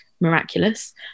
miraculous